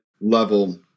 level